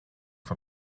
van